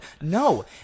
No